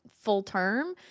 full-term